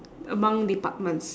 among departments